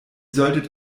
solltet